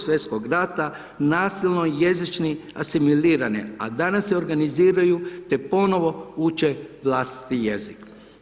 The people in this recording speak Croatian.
Svj. rata nasilno jezični asimilirane, a danas se organiziraju te ponovno uče vlastiti jezik.